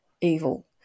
evil